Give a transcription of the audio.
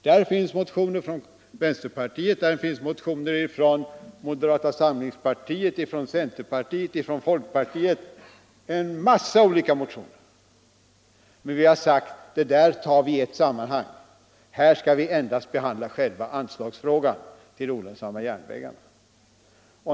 Det gäller motioner från vänsterpartiet kommunisterna, moderata samlingspartiet, centerpartiet och folkpartiet, men vi har sagt att det där tar vi i ett sammanhang — nu skall vi endast behandla själva frågan om anslag till olönsamma järnvägar.